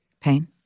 pain